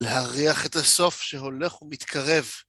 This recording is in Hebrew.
להריח את הסוף שהולך ומתקרב.